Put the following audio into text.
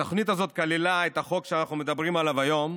התוכנית הזאת כללה את החוק שאנחנו מדברים עליו היום,